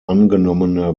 angenommene